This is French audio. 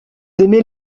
aimez